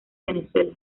venezuela